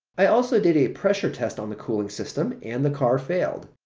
i also did a pressure test on the cooling system and the car failed.